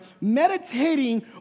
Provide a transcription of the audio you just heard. meditating